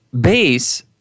base